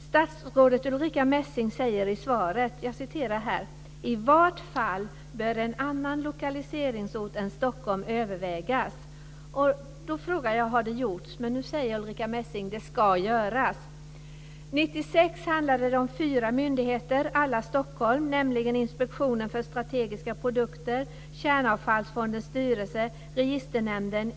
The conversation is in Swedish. Statsrådet Ulrica Messing säger i svaret: "I vart fall bör en annan lokaliseringsort än Stockholm övervägas." Då frågar jag om det har gjorts. Nu säger Ulrica Messing att det ska göras. År 1996 handlade det om fyra myndigheter som alla lades i Stockholm, nämligen Inspektionen för strategiska produkter, Kärnavfallsfondens styrelse, Fru talman!